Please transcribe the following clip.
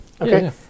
Okay